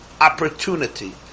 opportunity